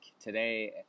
today